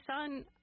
son